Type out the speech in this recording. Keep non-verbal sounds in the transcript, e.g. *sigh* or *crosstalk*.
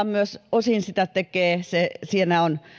*unintelligible* myös tämä veroratkaisu osaltaan tekee sitä siinä on